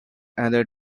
another